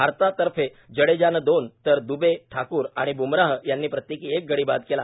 भारतातर्फे जडेजानं दोन तर दुबे ठाकूर आणि बुमराह यांनी प्रत्येकी एक गडी बाद केला